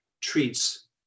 Treats